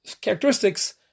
characteristics